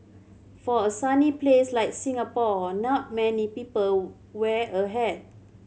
for a sunny place like Singapore not many people wear a hat